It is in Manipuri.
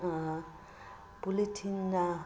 ꯄꯣꯂꯤꯊꯤꯟꯅ